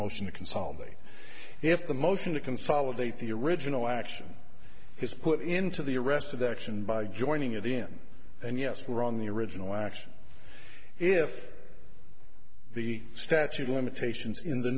motion to consolidate if the motion to consolidate the original action is put into the arrest of the action by joining it in and yes we're on the original action if the statute of limitations in the